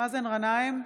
מאזן גנאים,